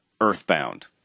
earthbound